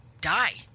die